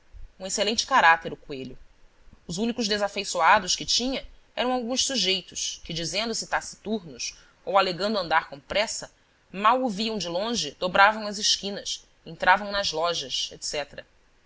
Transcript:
um excelente caráter o coelho os únicos desafeiçoados que tinha eram alguns sujeitos que dizendo-se taciturnos ou alegando andar com pressa mal o viam de longe dobravam as esquinas entravam nas lojas